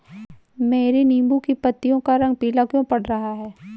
मेरे नींबू की पत्तियों का रंग पीला क्यो पड़ रहा है?